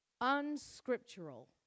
unscriptural